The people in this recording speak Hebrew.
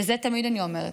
ואת זה תמיד אני אומרת.